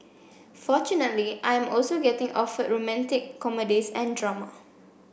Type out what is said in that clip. fortunately I am also getting offered romantic comedies and drama